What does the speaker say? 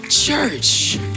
Church